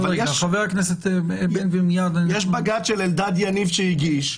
של אלדד יניב שהגיש,